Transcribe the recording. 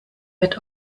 wird